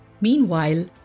Meanwhile